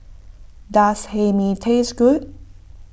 does Hae Mee taste good